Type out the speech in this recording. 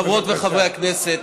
חברות וחברי הכנסת,